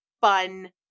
fun